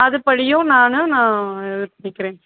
அதுபடியும் நானும் நான் இது பண்ணிக்கிறேன்